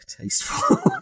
Tasteful